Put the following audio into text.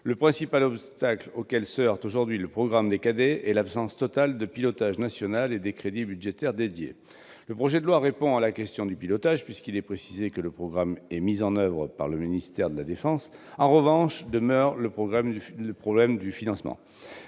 Le principal obstacle auquel se heurte aujourd'hui le programme des cadets est l'absence totale de pilotage national et de crédits budgétaires dédiés ». Le projet de loi répond à la question du pilotage, puisqu'il est précisé que le programme est mis en oeuvre par le ministère de la défense. En revanche, demeure le problème de financement.